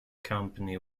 company